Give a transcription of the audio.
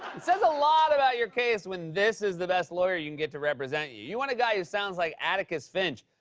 says a lot about your case when this is the best lawyer you can get to represent you. you want a guy who sounds like atticus finch.